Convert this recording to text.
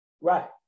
Right